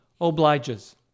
obliges